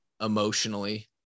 emotionally